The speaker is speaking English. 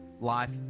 life